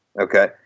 Okay